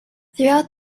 throughout